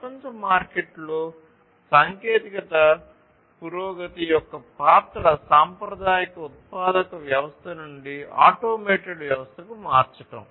ప్రపంచ మార్కెట్లో సాంకేతిక పురోగతి యొక్క పాత్ర సాంప్రదాయిక ఉత్పాదక వ్యవస్థ నుండి ఆటోమేటెడ్ వ్యవస్థకు మార్చడం